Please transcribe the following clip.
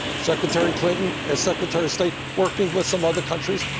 secretary clinton, as secretary of state, working with some other countries,